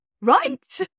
Right